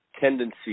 tendency